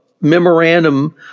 memorandum